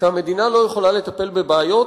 שהמדינה לא יכולה לטפל בבעיות,